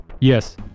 Yes